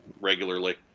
regularly